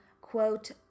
quote